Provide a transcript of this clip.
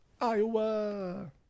iowa